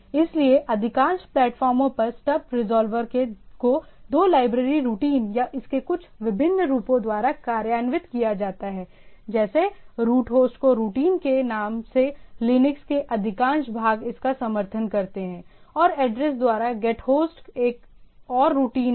इसलिए अधिकांश प्लेटफार्मों पर स्टब रिज़ॉल्वर को दो लाइब्रेरी रूटीन या इसके कुछ भिन्नरूपों द्वारा कार्यान्वित किया जाता है जैसे रूटहॉस्ट को रूटीन के नाम सेलिनक्स के अधिकांश भाग इसका समर्थन करते हैं और एड्रेस द्वारा गेटहोस्ट एक और रूटीन है